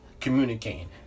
communicating